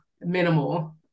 minimal